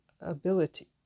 ability